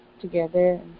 together